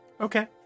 Okay